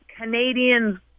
Canadians